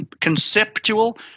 conceptual